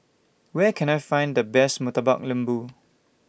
Where Can I Find The Best Murtabak Lembu